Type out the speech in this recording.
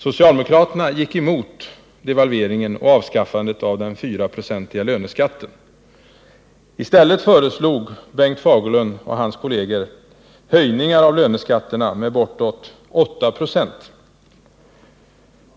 Socialdemokraterna gick emot devalveringen och avskaffandet av den 4-procentiga löneskatten. I stället föreslog Bengt Fagerlund och hans kolleger höjningar av löneskatterna med bortåt 8 26.